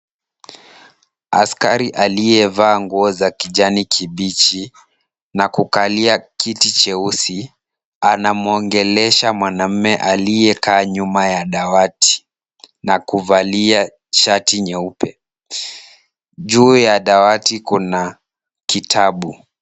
Askari aliyevaa nguo za kijani kibichi na kukalia kiti cheusi, anamwongelesha mwanamume aliyekaa nyuma ya dawati na kuvalia shati nyeupe. Juu ya dawati kuna kitabu.